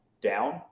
down